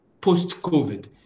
post-COVID